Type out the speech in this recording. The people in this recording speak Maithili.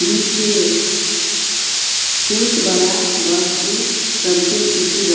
बीसेफ छूटवला वस्तु सबके सूचीबद्ध